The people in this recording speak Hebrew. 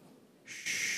ששש.